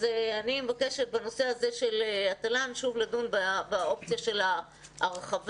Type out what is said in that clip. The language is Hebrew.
אני מבקשת שוב לדון בנושא הזה באופציה של ההרחבה,